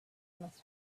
must